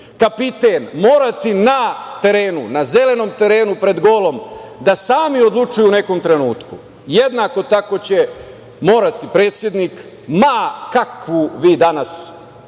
kapiten morati na terenu, na zelenom terenu pred golom da sami odlučuju u nekom trenutku. Jednako tako će morati predsednik, ma kakvu mu mi dana